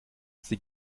sie